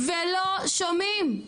ולא שומעים.